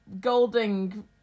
Golding